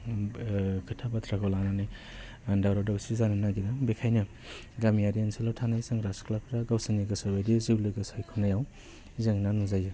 खोथा बाथ्राखौ लानानै दावराव दावसि जानो नागिरो बेखायनो गामियारि ओनसोलाव थानाय सेंग्रा सिख्लाफ्रा गावसोरनि गोसो बायदि जिउ लोगो सायख'नायाव जेंना नुजायो